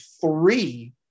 three